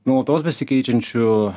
nuolatos besikeičiančių